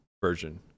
version